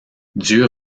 dieu